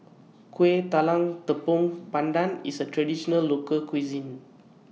Kuih Talam Tepong Pandan IS A Traditional Local Cuisine